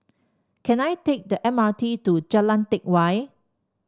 can I take the M R T to Jalan Teck Whye